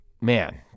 man